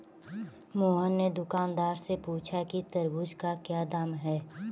मोहन ने दुकानदार से पूछा कि तरबूज़ का क्या दाम है?